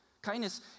Kindness